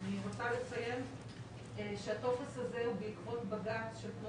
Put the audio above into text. אני רוצה לציין שהטופס הזה הוא בעקבות בג"צ של תנו